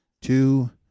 Two